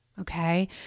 Okay